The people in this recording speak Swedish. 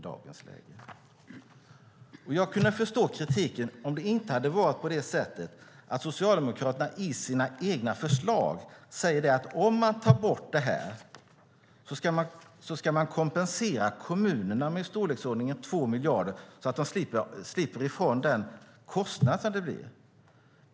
Jag skulle kunna förstå kritiken om inte Socialdemokraterna i sina egna förslag säger att om man tar bort den ska man kompensera kommunerna med i storleksordningen 2 miljarder så att de slipper ifrån den kostnad som uppstår.